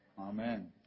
Amen